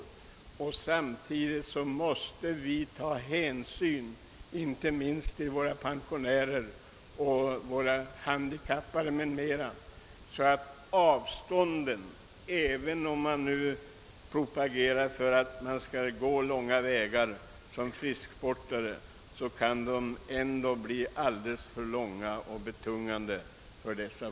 Samtidigt måste vi ta hänsyn till inte minst pensionärer och handikappade. Även om det propageras för att man skall vara frisksportare och gå långa vägar, kan avstånden dock för många bli alltför långa och betungande. Herr talman!